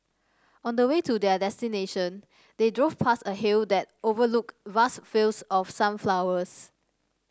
on the way to their destination they drove past a hill that overlooked vast fields of sunflowers